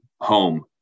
home